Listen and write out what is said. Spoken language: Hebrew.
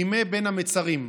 בימי בין המצרים.